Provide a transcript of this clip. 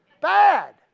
Bad